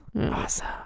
Awesome